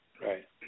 Right